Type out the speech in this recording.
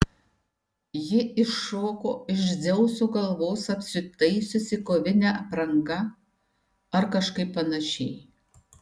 ji iššoko iš dzeuso galvos apsitaisiusi kovine apranga ar kažkaip panašiai